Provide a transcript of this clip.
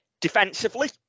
Defensively